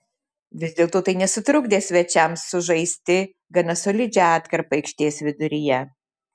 vis dėlto tai nesutrukdė svečiams sužaisti gana solidžią atkarpą aikštės viduryje